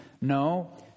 no